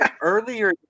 earlier